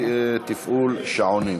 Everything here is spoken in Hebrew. תפעול שעונים.